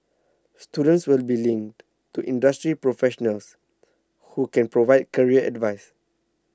students will be linked to industry professionals who can provide career advice